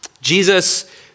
Jesus